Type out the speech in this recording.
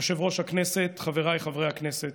יושב-ראש הכנסת, חבריי חברי הכנסת,